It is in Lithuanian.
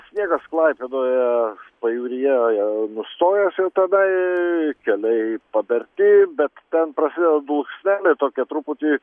sniegas klaipėdoje pajūryje ja nustojęs jau tenai keliai paberti bet ten prasideda dulksnelė tokia truputį